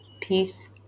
peace